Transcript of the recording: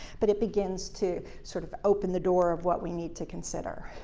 but it begins to sort of open the door of what we need to consider.